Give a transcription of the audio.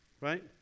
Right